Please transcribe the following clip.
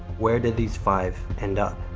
where did these five end up?